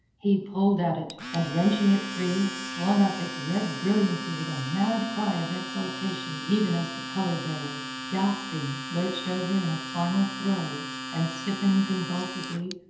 he pulled at it and, wrenching it free, swung up its red brilliancy with a mad cry of exultation even as the color bearer, gasping, lurched over in a final throe and, stiffening convulsively,